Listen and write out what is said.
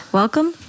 welcome